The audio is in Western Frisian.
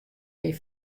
myn